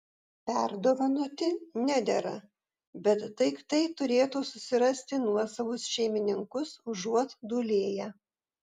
perdovanoti nedera bet daiktai turėtų susirasti nuosavus šeimininkus užuot dūlėję